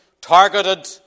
targeted